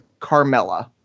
Carmella